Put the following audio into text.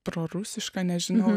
prorusiška nežinau